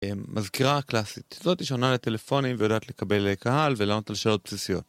אממ.. מזכירה קלאסית, זאת שעונה לטלפונים ויודעת לקבל קהל ולענות על שאלות בסיסיות.